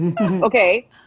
okay